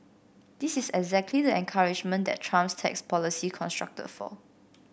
this is exactly the encouragement that Trump's tax policy constructed for